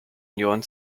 union